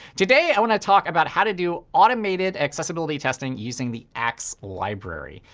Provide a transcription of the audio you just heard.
today i want to talk about how to do automated accessibility testing using the axe library.